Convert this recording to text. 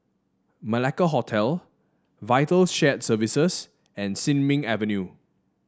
Malacca Hotel Vital Shared Services and Sin Ming Avenue